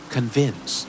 Convince